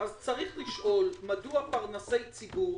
אז צריך לשאול מדוע פרנסי ציבור